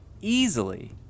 easily